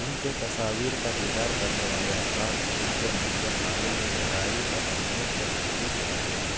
ان کے تصاویر کا دیدار کرنے والے افراد ان کے منظر نامے میں گہرائی اور اہمیت کو محسوس کرتے ہیں